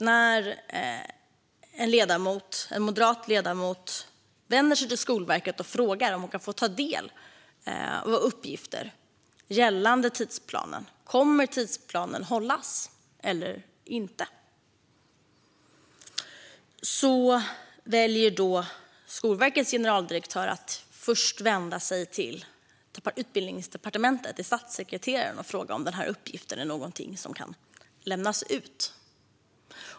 När en moderat ledamot vänder sig till Skolverket och frågar om hon kan få ta del av uppgifter gällande tidsplanen, om den kommer att hållas eller inte, väljer Skolverkets generaldirektör dock att först vända sig till Utbildningsdepartementet och statssekreteraren där för att fråga om den här uppgiften är någonting som kan lämnas ut.